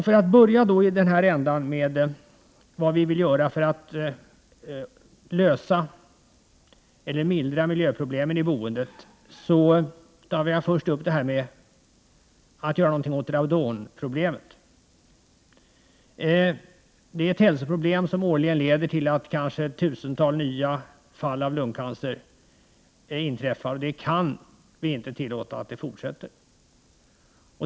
För att börja i den ändan som handlar om att lösa eller mildra miljöproblemen i boendet tar jag först upp radonproblemet. Det är ett hälsoproblem som årligen leder till att kanske något tusental nya fall av lungcancer inträffar, och det kan vi inte tillåta fortsätter.